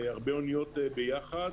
הרבה מאוד אוניות ביחד,